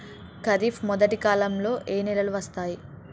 ఖరీఫ్ మొదటి కాలంలో ఏ నెలలు వస్తాయి?